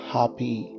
happy